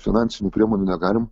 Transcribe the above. finansinių priemonių negalim